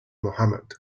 muhammad